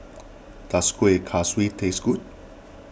does Kueh Kaswi taste good